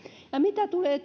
ja mitä tulee